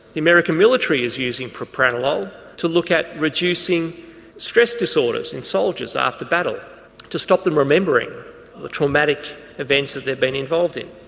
the american military is using propanolol to look at reducing stress disorders in soldiers after battle to stop them remembering the traumatic events they've been involved in.